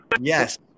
Yes